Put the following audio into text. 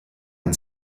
ein